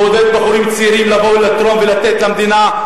תעודד בחורים צעירים לבוא ולתרום ולתת למדינה.